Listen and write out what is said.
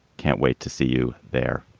can't wait to see you there.